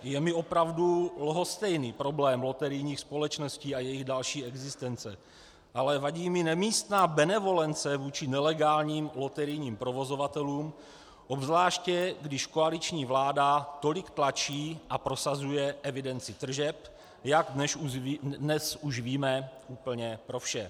Je mi opravdu lhostejný problém loterijních společností a jejich dalších existence, ale vadí mi nemístná benevolence vůči nelegálním loterijním provozovatelům obzvláště, když koaliční vláda tolik tlačí a prosazuje evidenci tržeb, jak dnes už víme, úplně pro vše.